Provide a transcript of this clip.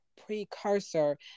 precursor